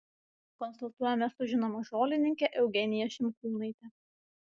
konsultuojamės su žinoma žolininke eugenija šimkūnaite